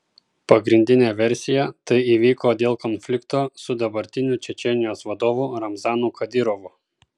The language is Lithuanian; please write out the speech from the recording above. pagrindinė versija tai įvyko dėl konflikto su dabartiniu čečėnijos vadovu ramzanu kadyrovu